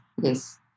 yes